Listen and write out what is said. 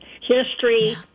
history